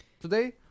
Today